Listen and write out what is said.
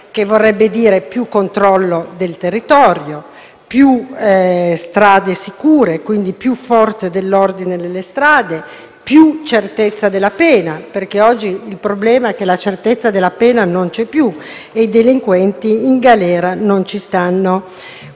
attraverso maggiore controllo del territorio, strade più sicure e quindi più Forze dell'ordine nelle strade, più certezza della pena, perché oggi il problema è che la certezza della pena non c'è più e i delinquenti in galera non ci stanno. Quindi,